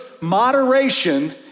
moderation